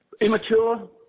Immature